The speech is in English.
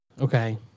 Okay